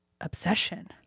obsession